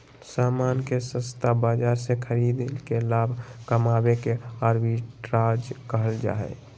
सामान के सस्ता बाजार से खरीद के लाभ कमावे के आर्बिट्राज कहल जा हय